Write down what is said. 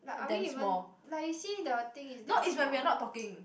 damn small not is when we are not talking